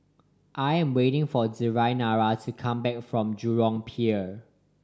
I am waiting for Deyanira to come back from Jurong Pier